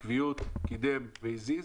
שהזיז וקידם את החוק בעקביות.